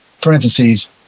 parentheses